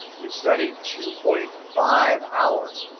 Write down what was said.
you studied two point five hours.